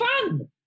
fun